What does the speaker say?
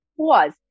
pause